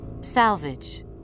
Salvage